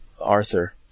Arthur